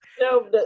No